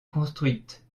construites